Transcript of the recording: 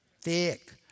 thick